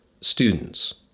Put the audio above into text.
students